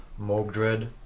Mogdred